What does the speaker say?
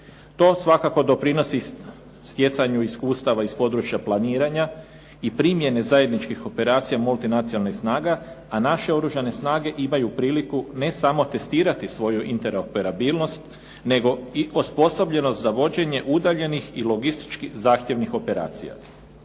To svakako doprinosi stjecanju iskustava iz područja planiranja i primjene zajedničkih operacija multinacionalnih snaga a naše oružane snage imaju priliku ne samo testirati svoju interoperabilnost nego i osposobljenost za vođenje udaljenih i logistički zahtjevnih operacija.